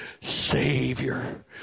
Savior